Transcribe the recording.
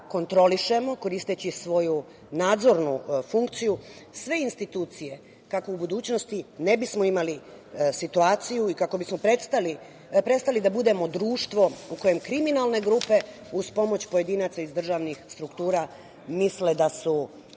kontrolišemo, koristeći svoju nadzornu funkciju, sve institucije kako u budućnosti ne bismo imali situaciju i kako bismo prestali da budemo društvo u kojem kriminalne grupe, uz pomoć pojedinaca iz državnih struktura, misle da su